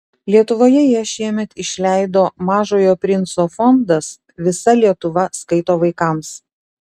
lietuvoje ją šiemet išleido mažojo princo fondas visa lietuva skaito vaikams